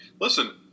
listen